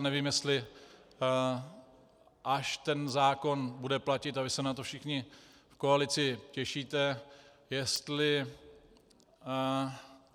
Nevím, jestli až ten zákon bude platit, a vy se na to všichni v koalici těšíte, jestli